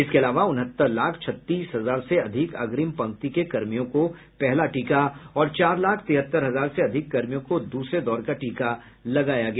इसके अलावा उनहत्तर लाख छत्तीस हजार से अधिक अग्रिम पंक्ति के कर्मियों को पहला टीका और चार लाख तिहत्तर हजार से अधिक कर्मियों को दूसरे दौर का टीका लगाया गया